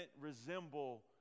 resemble